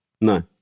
no